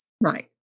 Right